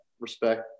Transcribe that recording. respect